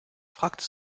fragte